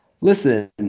listen